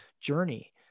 journey